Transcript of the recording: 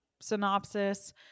synopsis